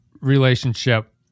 relationship